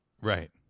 right